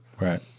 Right